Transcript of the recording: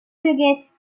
nuggets